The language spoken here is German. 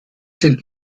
den